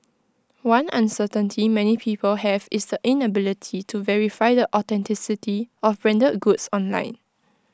one uncertainty many people have is the inability to verify the authenticity of branded goods online